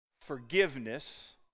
Forgiveness